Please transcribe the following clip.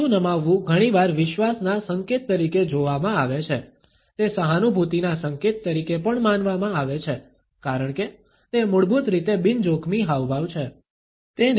માથું નમાવવું ઘણીવાર વિશ્વાસના સંકેત તરીકે જોવામાં આવે છે તે સહાનુભૂતિના સંકેત તરીકે પણ માનવામાં આવે છે કારણ કે તે મૂળભૂત રીતે બિન જોખમી હાવભાવ છે